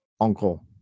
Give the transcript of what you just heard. uncle